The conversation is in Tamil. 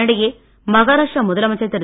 இதனிடையே மகாராஷ்டிரா முதலமைச்சர் திரு